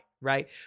right